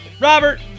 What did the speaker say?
Robert